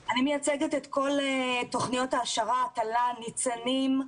אני מייצגת את כל תוכניות ההעשרה, תל"ן, ניצנים.